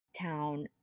town